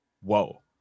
Whoa